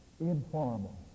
informal